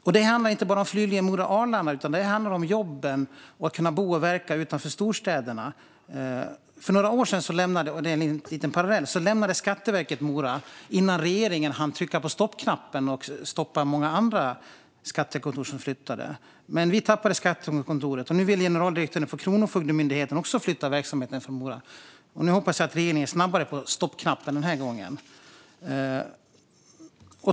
Det här handlar inte bara om flyglinjen Mora-Arlanda, utan det handlar också om jobben och om att kunna bo och verka utanför storstäderna. För några år sedan - det är en liten parallell - lämnade Skatteverket Mora innan regeringen hann trycka på stoppknappen och stoppade många andra skattekontor som skulle flytta. Men vi tappade skattekontoret. Och nu vill generaldirektören för Kronofogdemyndigheten också flytta verksamheten från Mora. Nu hoppas jag att regeringen är snabbare på stoppknappen den här gången.